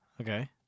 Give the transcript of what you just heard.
Okay